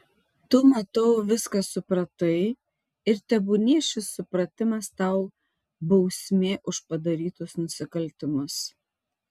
tu matau viską supratai ir tebūnie šis supratimas tau bausmė už padarytus nusikaltimus